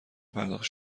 پرداخت